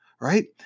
right